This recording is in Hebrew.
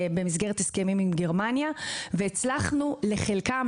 במסגרת הסכמים עם גרמניה, והצלחנו להעלות לחלקם